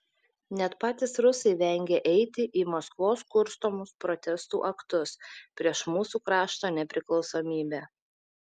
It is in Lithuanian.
net patys rusai vengia eiti į maskvos kurstomus protestų aktus prieš mūsų krašto nepriklausomybę